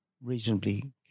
reasonably